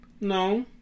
No